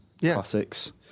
classics